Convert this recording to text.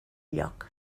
lloc